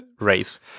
race